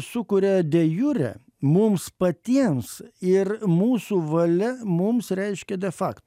sukuria de jure mums patiems ir mūsų valia mums reiškia de fakto